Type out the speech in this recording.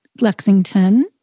Lexington